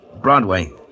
Broadway